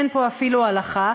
אין פה אפילו הלכה.